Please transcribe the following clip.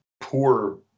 poor